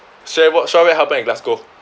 share what share what happen in glasgow